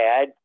add